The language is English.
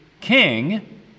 king